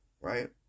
right